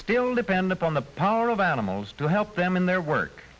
still depend upon the power of animals to help them in their work